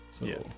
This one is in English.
Yes